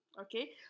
Okay